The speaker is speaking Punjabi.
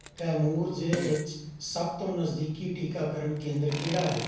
ਕੈਮੂਰ ਜ਼ਿਲ੍ਹੇ ਵਿੱਚ ਸਭ ਤੋਂ ਨਜ਼ਦੀਕੀ ਟੀਕਾਕਰਨ ਕੇਂਦਰ ਕਿਹੜਾ ਹੈ